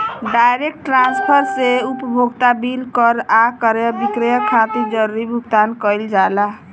direct transfer से उपभोक्ता bill कर आ क्रय विक्रय खातिर जरूरी भुगतान कईल जाला